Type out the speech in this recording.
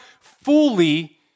fully